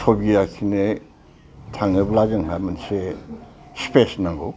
सबि आखिनो थाङोब्ला जोंहा मोनसे स्फेस नांगौ